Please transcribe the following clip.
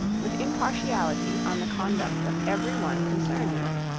with impartiality on the conduct of every one concerned in it.